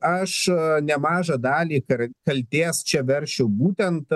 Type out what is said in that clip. aš nemažą dalį kar kaltės čia versčiau būtent